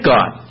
God